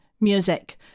music